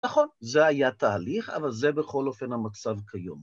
נכון, זה היה תהליך, אבל זה בכל אופן המצב כיום.